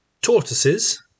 tortoises